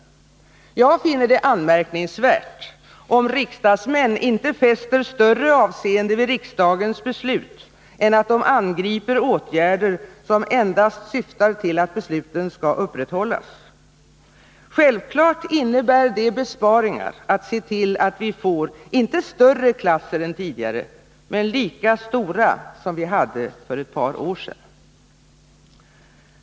Jag finner det anmärkningsvärt, om riksdagsmän inte fäster större avseende vid riksdagens beslut än att de angriper åtgärder som endast syftar till att besluten skall upprätthållas. Självklart innebär det besparingar att se till att vi får inte större klasser än tidigare men lika stora som vi hade för ett par år sedan.